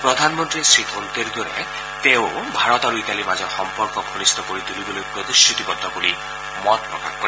প্ৰধানমন্ত্ৰীয়ে শ্ৰীকোণ্টেৰ দৰে তেৱোঁ ভাৰত আৰু ইটালীৰ মাজৰ সম্পৰ্ক ঘনিষ্ঠ কৰি তুলিবলৈ প্ৰতিশ্ৰুতিবদ্ধ বুলি মতপ্ৰকাশ কৰে